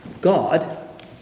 God